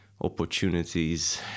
opportunities